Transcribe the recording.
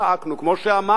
כמו שאמרנו,